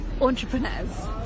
entrepreneurs